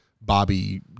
Bobby